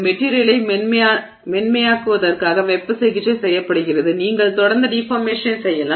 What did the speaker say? மெட்டிரியலை மென்மையாக்குவதற்காக வெப்ப சிகிச்சை செய்யப்படுகிறது நீங்கள் தொடர்ந்து டிஃபார்மேஷனைச் செய்யலாம்